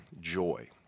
joy